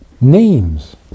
names